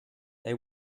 they